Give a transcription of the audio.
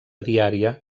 diària